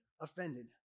offended